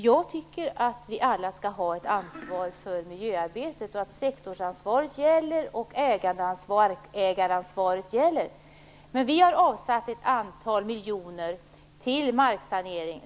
Jag tycker att vi alla skall ha ett ansvar för miljöarbetet och att såväl sektorsansvaret som ägaransvaret gäller. Vi har avsatt ett antal miljoner till marksanering.